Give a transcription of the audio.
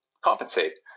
compensate